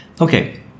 Okay